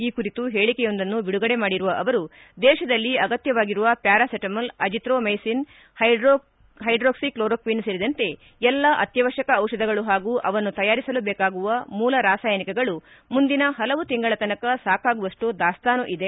ಈ ಕುರಿತು ಹೇಳಕೆಯೊಂದನ್ನು ಬಿಡುಗಡೆ ಮಾಡಿರುವ ಅವರು ದೇಶದಲ್ಲಿ ಅಗತ್ಯವಾಗಿರುವ ಪ್ಕಾರಾಸೆಟಮೊಲ್ ಅಜಿತ್ರೋಮೈಸಿನ್ ಹೈಡ್ರೋಕ್ಲಿಕ್ಲೋರೋಕ್ವಿನ್ ಸೇರಿದಂತೆ ಎಲ್ಲ ಅತ್ಯವಶ್ಯಕ ದಿಷಧಗಳು ಹಾಗೂ ಅವನ್ನು ತಯಾರಿಸಲು ಬೇಕಾಗುವ ಮೂಲ ರಾಸಾಯನಿಕಗಳು ಮುಂದಿನ ಹಲವು ತಿಂಗಳ ತನಕ ಸಾಕಾಗುವಷ್ನು ದಾಸ್ತಾನು ಇದೆ